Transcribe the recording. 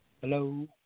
Hello